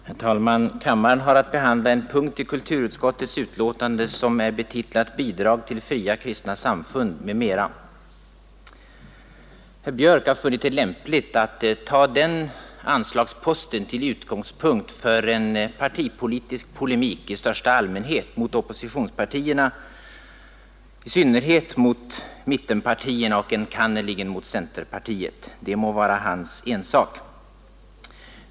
Herr talman! Kammaren har att behandla en punkt i kulturutskottets betänkande, betitlad ”Bidrag till fria kristna samfund m.m.”. Herr Björk har funnit det lämpligt att ta denna anslagspost till utgångspunkt för en partipolitisk polemik i största allmänhet mot oppositionspartierna, i synnerhet mot mittenpartierna och enkannerligen mot centerpartiet. Det må vara hans ensak.